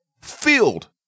filled